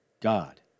God